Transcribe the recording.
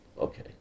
Okay